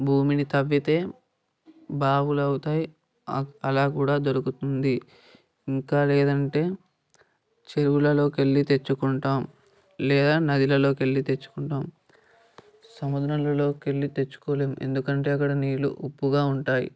భూమిని త్రవ్వితే బావుకు అవుతాయి అలా కూడా దొరుకుతుంది ఇంకా లేదంటే చెరువులలోకి వెళ్ళి తెచ్చుకుంటాము లేదా నదుల్లోకి వెళ్ళి తెచ్చుకుంటాము సముద్రంలలోకి వెళ్ళి తెచ్చుకోలేము ఎందుకంటే అక్కడ నీళ్ళు ఉప్పుగా ఉంటాయి